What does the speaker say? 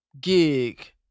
gig